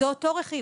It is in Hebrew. פסולות.